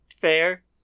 fair